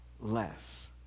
less